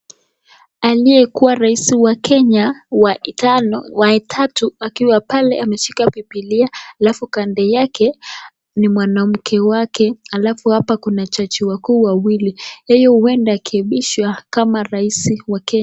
Aliyekuwa raisi wa Kenya wa tano wa tatu akiwa pale ameshika biblia alafu kando kuna mwanamke wake alafu hapa kuna jaji wakuu wawili. Yeye huenda akiapishwa kama raisi wa Kenya.